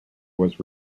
was